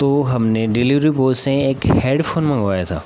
तो हमने delivery boy से एक हेडफ़ोन मँगवाया था